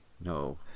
No